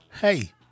hey